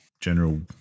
general